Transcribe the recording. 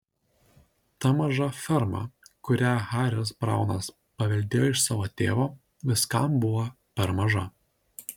ta maža ferma kurią haris braunas paveldėjo iš savo tėvo viskam buvo per maža